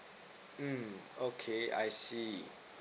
mm okay I see